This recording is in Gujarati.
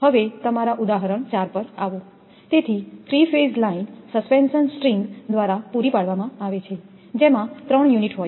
તેથી three phase line suspension string દ્વારા પૂરી પાડવામાં આવે છે જેમાં ત્રણ યુનિટ હોય છે